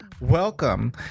welcome